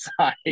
side